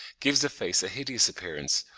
gives the face a hideous appearance,